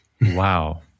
Wow